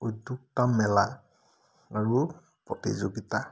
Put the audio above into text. উদ্যোক্তা মেলা আৰু প্ৰতিযোগিতা